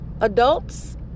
adults